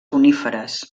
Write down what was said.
coníferes